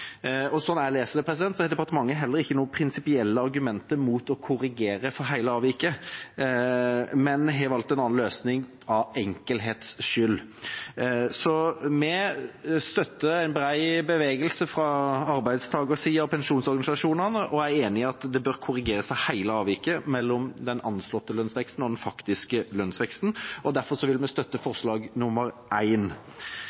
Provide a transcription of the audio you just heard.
jeg leser det, har departementet heller ikke noen prinsipielle argumenter mot å korrigere for hele avviket, men de har valgt en annen løsning for enkelhets skyld. Så vi støtter en bred bevegelse fra arbeidstakersiden og pensjonsorganisasjonene, og jeg er enig at det bør korrigeres for hele avviket mellom den anslåtte lønnsveksten og den faktiske lønnsveksten, og derfor vil vi støtte